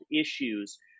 issues